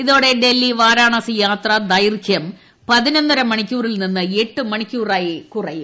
ഇതോടെ ഡൽഹി വാരാണസി യാത്ര ദൈർഘ്യം പതിനൊന്നര മണിക്കൂറിൽ നിന്ന് എട്ടു മണിക്കൂറായി കുറയും